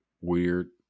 weird